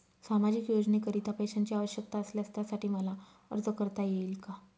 सामाजिक योजनेकरीता पैशांची आवश्यकता असल्यास त्यासाठी मला अर्ज करता येईल का?